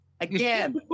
Again